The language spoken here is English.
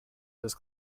this